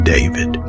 David